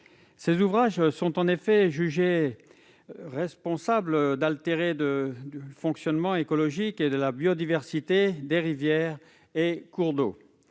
Ces ouvrages sont, en effet, jugés responsables d'altérer le fonctionnement écologique et la biodiversité des rivières et cours d'eau.